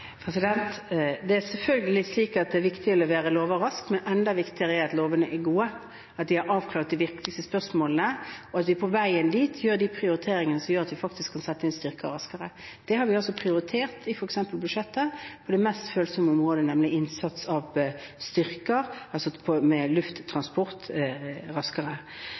Det er selvfølgelig slik at det er viktig å levere lover raskt, men enda viktigere er det at lovene er gode, at de har avklart de viktigste spørsmålene, og at vi på veien dit gjør prioriteringer som gjør at vi faktisk kan sette inn styrker raskere. Det har vi prioritert f.eks. i budsjettet, på det mest følsomme området, nemlig raskere innsats av styrker med lufttransport.